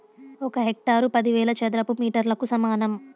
ఒక హెక్టారు పదివేల చదరపు మీటర్లకు సమానం